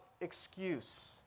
excuse